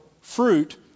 fruit